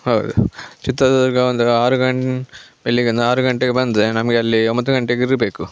ಹೌದು ಚಿತ್ರದುರ್ಗ ಒಂದು ಆರು ಗಂಟೆ ಬೆಳಗ್ಗೆ ಒಂದು ಆರು ಗಂಟೆಗೆ ಬಂದರೆ ನಮಗೆ ಅಲ್ಲಿ ಒಂಬತ್ತು ಗಂಟೆಗೆ ಇರಬೇಕು